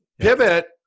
Pivot